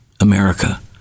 America